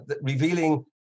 revealing